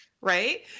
Right